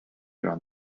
around